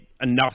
enough